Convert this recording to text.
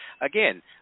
again